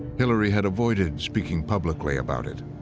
hillary had avoided speaking publicly about it.